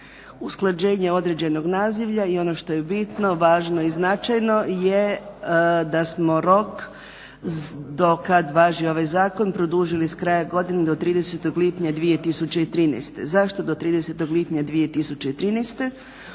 usklađenje određenog nazivlja i ono što je bitno, važno i značajno je da smo rok do kad važi ovaj zakon produžili s kraja godine do 30. lipnja 2013. Zašto do 30. lipnja 2013.?